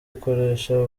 ukoresha